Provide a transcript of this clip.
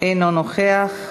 אינו נוכח.